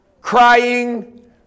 crying